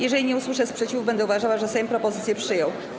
Jeżeli nie usłyszę sprzeciwu, będę uważała, że Sejm propozycję przyjął.